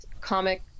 comic